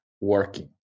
working